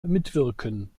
mitwirken